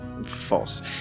false